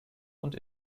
und